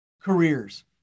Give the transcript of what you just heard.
careers